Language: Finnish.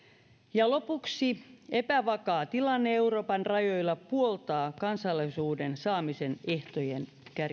ja lopuksi epävakaa tilanne euroopan rajoilla puoltaa kansalaisuuden saamisen ehtojen